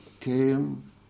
came